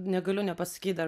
negaliu nepasakyt dar